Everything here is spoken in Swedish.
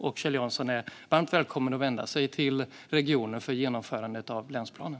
Kjell Jansson är varmt välkommen att vända sig till regionen för genomförandet av länsplaner.